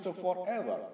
forever